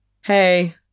hey